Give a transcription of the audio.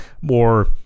more